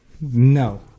No